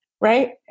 Right